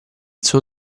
suo